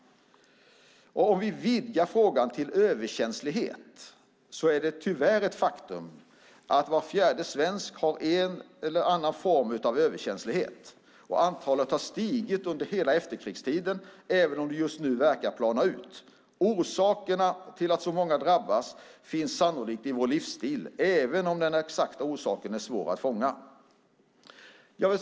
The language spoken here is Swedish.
Om vi vidgar frågan till överkänslighet är det tyvärr ett faktum att var fjärde svensk har en eller annan form av detta. Antalet har stigit under hela efterkrigstiden även om det just nu verkar plana ut. Orsakerna till att så många drabbas finns sannolikt i vår livsstil även om den exakta orsaken är svår att fånga.